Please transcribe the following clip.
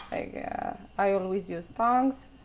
i yeah i always use tongs,